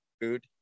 food